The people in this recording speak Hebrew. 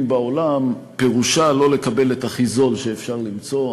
בעולם פירושה לא לקבל את הכי זול שאפשר למצוא.